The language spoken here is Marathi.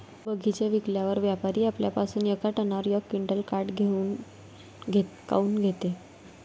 बगीचा विकल्यावर व्यापारी आपल्या पासुन येका टनावर यक क्विंटल काट काऊन घेते?